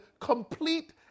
complete